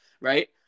right